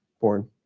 born